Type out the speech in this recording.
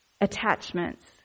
Attachments